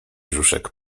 brzuszek